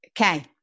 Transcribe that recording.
Okay